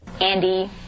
Andy